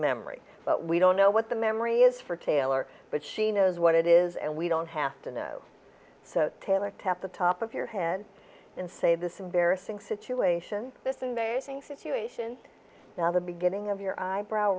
memory but we don't know what the memory is for taylor but she knows what it is and we don't have to know taylor tap the top of your head and say this embarrassing situation situation now the beginning of your eyebrow